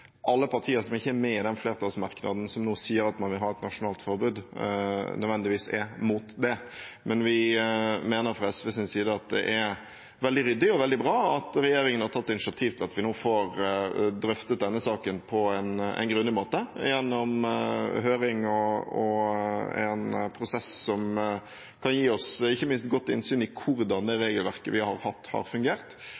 alle partier som ikke er med i flertallsmerknaden som sier at man vil ha et nasjonalt forbud, nødvendigvis er imot det. Vi mener fra SVs side at det er veldig ryddig og veldig bra at regjeringen har tatt initiativ til at vi nå får drøftet denne saken på en grundig måte gjennom en høring og en prosess som ikke minst kan gi oss godt innsyn i hvordan det